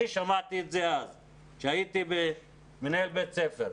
שמעתי את זה כשהייתי מנהל בית ספר.